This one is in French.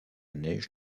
neige